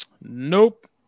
nope